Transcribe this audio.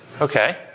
Okay